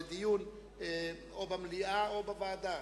יועבר לדיון או במליאה או בוועדה.